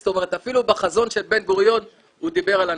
זאת אומרת אפילו בחזון של בן גוריון הוא דיבר על הנושא.